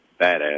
badass